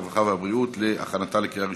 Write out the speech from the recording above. הרווחה והבריאות נתקבלה.